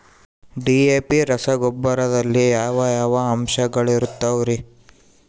DAP ರಸಗೊಬ್ಬರದಲ್ಲಿ ಯಾವ ಯಾವ ಅಂಶಗಳಿರುತ್ತವರಿ?